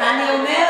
אז אני אומרת,